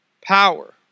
power